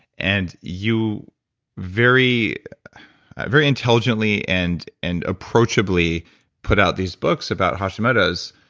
and you very very intelligently and and approachably put out these books about hashimoto's.